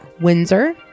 Windsor